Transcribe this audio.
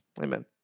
Amen